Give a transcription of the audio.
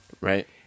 Right